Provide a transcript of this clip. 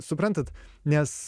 suprantat nes